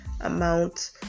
amount